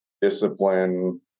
discipline